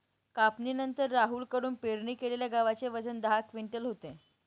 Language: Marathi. कापणीनंतर राहुल कडून पेरणी केलेल्या गव्हाचे वजन दहा क्विंटल होते